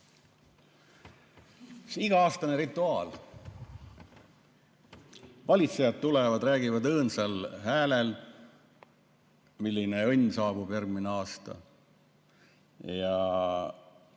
Iga-aastane rituaal. Valitsejad tulevad, räägivad rõõmsal häälel, milline õnn saabub järgmine aasta, ja